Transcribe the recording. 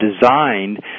designed